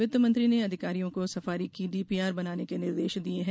वित्तमंत्री ने अधिकारियों को सफारी की डीपीआर बनाने के निर्देश दिए हैं